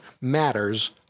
matters